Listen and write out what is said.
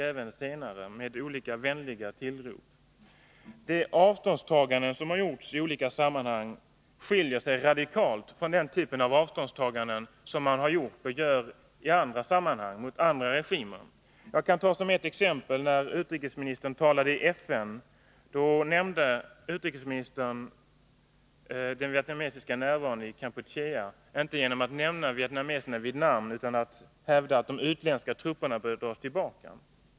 De avståndstaganden som har gjorts skiljer sig radikalt från den typ av avståndstaganden som man har gjort och gör i andra sammanhang mot andra regimer. Jag kan som ett exempel nämna att utrikesministern när han talade i FN berörde den vietnamesiska närvaron i Kampuchea inte genom att nämna vietnameserna vid namn utan genom att hävda att de utländska trupperna borde dra sig tillbaka.